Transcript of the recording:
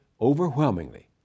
overwhelmingly